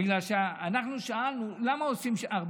אנחנו שאלנו: למה עושים 14?